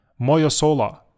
Moyosola